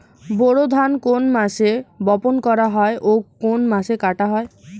বোরো ধান কোন মাসে বপন করা হয় ও কোন মাসে কাটা হয়?